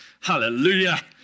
Hallelujah